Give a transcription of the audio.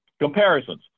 comparisons